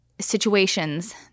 situations